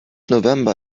november